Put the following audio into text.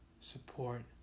support